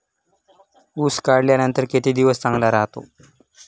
ऊस काढल्यानंतर किती दिवस चांगला राहतो?